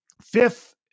fifth